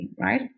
right